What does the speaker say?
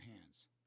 hands